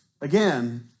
Again